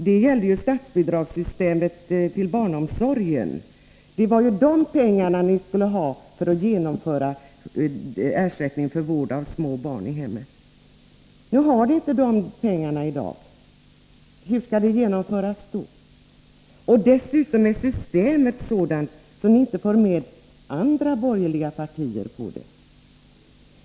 Det gällde då statsbidragssystemet till barnomsorgen, och det var dessa pengar ni tänkte använda till att införa ersättning för vård av små barn i hemmet. I dag har vi inte de pengarna. Hur skall det genomföras då? Dessutom är systemet sådant att ni inte får med er de andra borgerliga partierna.